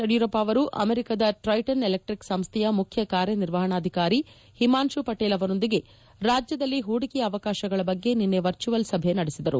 ಯಡಿಯೂರಪ್ಪ ಅವರು ಅಮೆರಿಕಾದ Triton electric ಸಂಸ್ಟೆಯ ಮುಖ್ಯಕಾರ್ಯನಿರ್ವಪಣಾಧಿಕಾರಿ ಓಮಾಂಶು ಪಟೇಲ್ ಅವರೊಂದಿಗೆ ರಾಜ್ಯದಲ್ಲಿ ಪೂಡಿಕೆಯ ಅವಕಾಶಗಳ ಬಗ್ಗೆ ನಿನ್ನೆ ವರ್ಚುಯಲ್ ಸಭೆ ನಡೆಸಿದರು